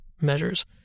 measures